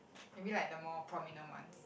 maybe like the more prominent ones